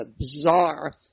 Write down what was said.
bizarre